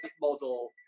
model